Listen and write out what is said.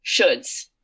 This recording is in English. shoulds